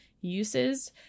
uses